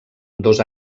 dos